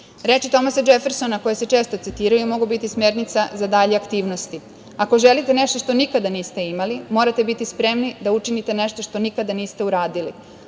Tomasa Džefersona, koje se često citiraju, mogu biti smernica za dalje aktivnosti: „Ako želite nešto što nikada niste imali, morate biti spremni da učinite nešto što nikada niste uradili.“